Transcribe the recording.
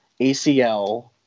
ACL